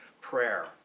prayer